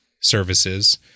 services